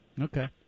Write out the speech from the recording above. Okay